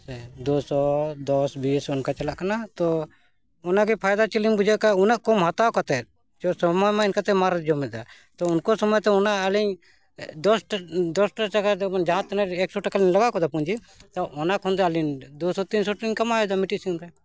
ᱦᱮᱸ ᱥᱮ ᱫᱩᱥᱚ ᱫᱚᱥ ᱵᱤᱥ ᱚᱱᱠᱟ ᱪᱟᱞᱟᱜ ᱠᱟᱱᱟ ᱛᱚ ᱚᱱᱟᱜᱮ ᱯᱷᱟᱭᱫᱟ ᱪᱮᱫᱞᱤᱧ ᱵᱩᱡᱷᱟᱹᱣ ᱠᱮᱫᱟ ᱩᱱᱟᱹᱜ ᱠᱚᱢ ᱦᱟᱛᱟᱣ ᱠᱟᱛᱮᱫ ᱥᱚᱢᱚᱭᱼᱢᱟ ᱤᱱᱠᱟᱹᱛᱮ ᱢᱟᱨᱮ ᱡᱚᱢᱮᱫᱟ ᱛᱚ ᱩᱱᱠᱩ ᱥᱚᱢᱚᱭᱛᱮ ᱚᱱᱟ ᱟᱹᱞᱤᱧ ᱫᱚᱥᱴᱟ ᱫᱚᱥᱴᱟ ᱴᱟᱠᱟ ᱫᱚ ᱡᱟᱦᱟᱸ ᱛᱤᱱᱟᱹᱜ ᱮᱠᱥᱚ ᱴᱟᱠᱟᱞᱤᱧ ᱞᱟᱜᱟᱣ ᱠᱟᱫᱟ ᱯᱩᱸᱡᱤ ᱛᱚ ᱚᱱᱟ ᱠᱷᱚᱱ ᱫᱚ ᱟᱹᱞᱤᱧ ᱫᱩ ᱥᱚ ᱛᱤᱱ ᱥᱚ ᱴᱟᱠᱟᱧ ᱠᱟᱢᱟᱣᱮᱫᱟ ᱢᱤᱫᱴᱤᱡ ᱥᱤᱢ ᱨᱮ